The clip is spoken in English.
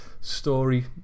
story